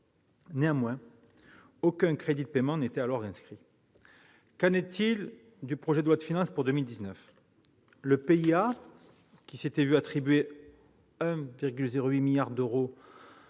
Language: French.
Toutefois, aucun crédit de paiement n'était inscrit. Qu'en est-il du projet de loi de finances pour 2019 ? Le PIA 3, qui s'était vu attribuer 1,08 milliard d'euros